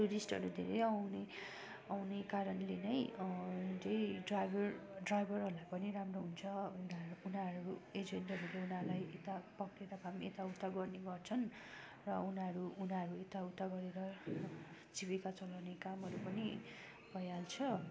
र टुरिस्टहरू धेरै आउने आउने कारणले नै चाहिँ ड्राइभर ड्राइभरहरूलाई पनि राम्रो हुन्छ अन्त उनीहरू एजेन्टहरूले उनीहरूलाई यता उता गर्ने गर्छन् र उनीहरू यता उता गरेर जीविका चलाउने कामहरू पनि भइहाल्छ